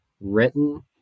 written